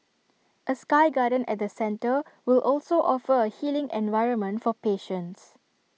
A sky garden at the centre will also offer A healing environment for patients